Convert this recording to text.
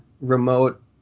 Remote